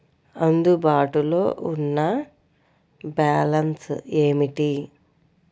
అందుబాటులో ఉన్న బ్యాలన్స్ ఏమిటీ?